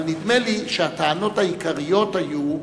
אבל נדמה לי שהטענות העיקריות היו,